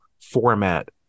format